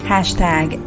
Hashtag